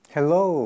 Hello